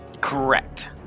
Correct